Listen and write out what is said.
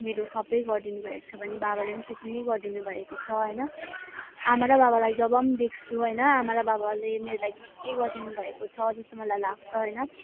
मेरो सबै गरिदिनुभएको छ भने बाबाले पनि त्यति नै गरिदिनुभएको छ होइन आमा र बाबालाई जब पनि देख्छु होइन आमा र बाबाले मेरो लागि केके गरिदिनुभएको छ जस्तो मलाई लाग्छ होइन